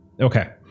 Okay